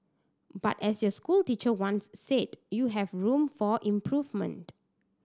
but as your school teacher once said you have room for improvement